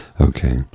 okay